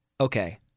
Okay